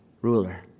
ruler